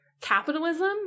capitalism